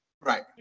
Right